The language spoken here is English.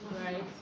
right